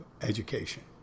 education